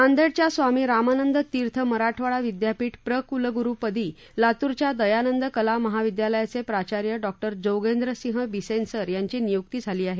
नांदेडच्या स्वामी रामानंद तीर्थ मराठवाडा विद्यापीठ प्रकुलगुरू पदी लातूरच्या दयानंद कला महाविद्यालयाचे प्राचार्य डॉक्टर जोगेंद्रसिंह बिसेन सर यांची नियुक्ती झाली आहे